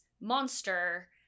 monster